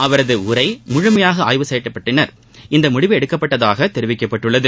அவரின் உரை முழுமையாக ஆய்வு செய்யப்பட்டபின் இந்த முடிவு எடுக்கப்பட்டதாக தெரிவிக்கப்பட்டுள்ளது